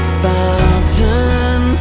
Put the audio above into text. fountain